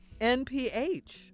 NPH